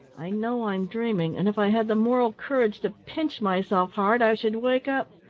i know i'm dreaming, and if i had the moral courage to pinch myself hard, i should wake up.